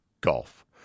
golf